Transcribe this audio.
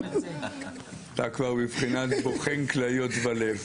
אתה כבר בבחינת בוחן כליות ולב.